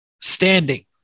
standing